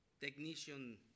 technician